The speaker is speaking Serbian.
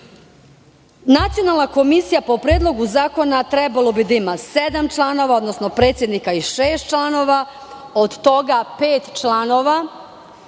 standarda. Nacionalna komisija, po Predlogu zakona, trebalo da ima sedam članova, odnosno predsednika i šest članova, a od toga pet članova